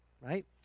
Right